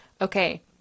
Okay